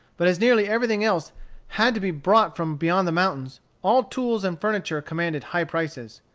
but as nearly everything else had to be brought from beyond the mountains, all tools and furniture commanded high prices.